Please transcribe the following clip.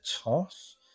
toss